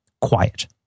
quiet